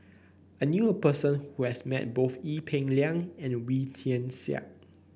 I knew a person who has met both Ee Peng Liang and Wee Tian Siak